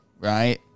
right